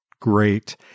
great